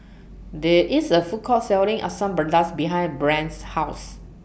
There IS A Food Court Selling Asam Pedas behind Brant's House